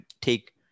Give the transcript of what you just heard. take